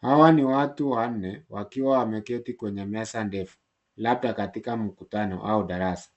Hawa ni watu wanne wakiwa wameketi kwenye meza ndefu labda katika mkutano au darasa.